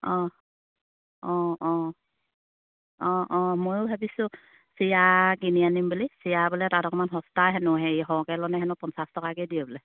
অঁ অঁ অঁ অঁ অঁ ময়ো ভাবিছোঁ চিৰা কিনি আনিম বুলি চিৰা বোলে তাত অকমান সস্তা হেনো হেৰি সৰহকে ল'লে হেনো পঞ্চাছ টকাকে দিয়ে বোলে